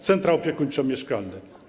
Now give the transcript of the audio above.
Centra opiekuńczo-mieszkalne.